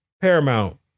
Paramount